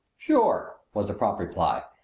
sure! was the prompt reply.